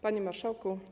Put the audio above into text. Panie Marszałku!